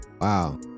wow